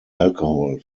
alcohol